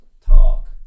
talk